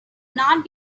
not